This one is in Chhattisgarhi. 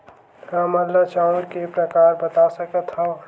हमन ला चांउर के प्रकार बता सकत हव?